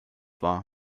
war